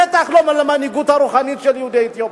בטח לא על המנהיגות הרוחנית של יהודי אתיופיה.